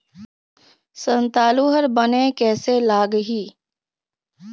संतालु हर बने कैसे लागिही?